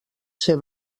ser